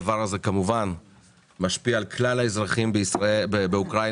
הדבר הזה כמובן משפיע על כלל האזרחים באוקראינה,